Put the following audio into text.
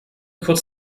kurz